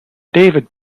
david